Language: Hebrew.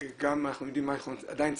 ואנחנו גם יודעים מה אנחנו עדיין צריכים,